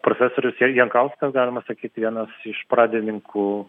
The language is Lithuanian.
profesorius jankauskas galima sakyt vienas iš pradininkų